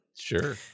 Sure